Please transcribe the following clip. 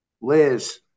Liz